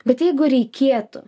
bet jeigu reikėtų